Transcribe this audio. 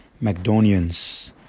Macedonians